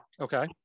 Okay